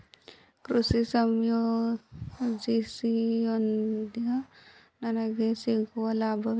ಕೃಷಿ ಸಂಜೀವಿನಿ ಯೋಜನೆಯಿಂದ ನನಗೆ ಸಿಗುವ ಲಾಭವೇನು?